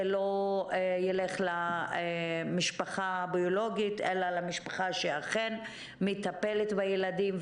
זה לא ילך למשפחה הביולוגית אלא למשפחה שאכן מטפלת בילדים,